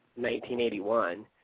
1981